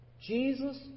Jesus